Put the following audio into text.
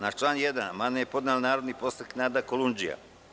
Na član 1. amandman je podnela narodni poslanik Nada Kolundžija.